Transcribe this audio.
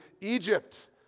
Egypt